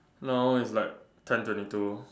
now it's like ten twenty two